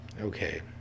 okay